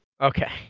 Okay